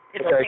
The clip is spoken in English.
Okay